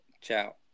Ciao